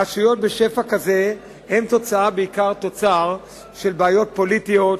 רשויות בשפע כזה הן בעיקר תוצר של בעיות פוליטיות,